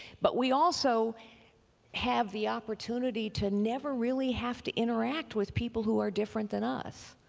but we also have the opportunity to never really have to interact with people who are different than us.